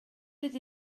ydy